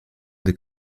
des